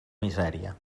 misèria